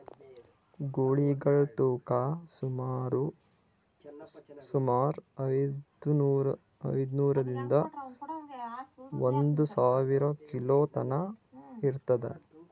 ಗೂಳಿಗಳ್ ತೂಕಾ ಸುಮಾರ್ ಐದ್ನೂರಿಂದಾ ಒಂದ್ ಸಾವಿರ ಕಿಲೋ ತನಾ ಇರ್ತದ್